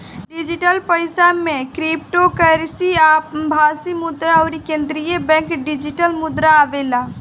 digital पईसा में cryptocurrency, आभासी मुद्रा अउरी केंद्रीय बैंक डिजिटल मुद्रा आवेला